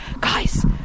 Guys